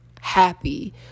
happy